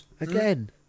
Again